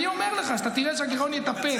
אני אומר לך שאתה תראה שהגירעון יתאפס,